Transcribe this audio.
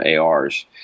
ARs